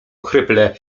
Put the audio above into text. ochryple